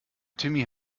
timmy